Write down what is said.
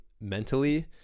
mentally